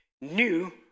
new